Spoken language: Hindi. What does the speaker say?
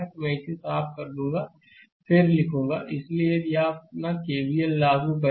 तो मैं इसे साफ कर दूंगा फिर लिखूंगा इसलिए यदि यहां अपना केवीएल लागू करें